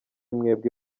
mwebwe